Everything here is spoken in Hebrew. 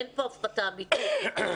אין פה הפחתה אמיתית.